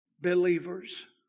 believers